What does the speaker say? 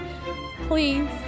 please